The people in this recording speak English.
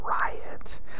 riot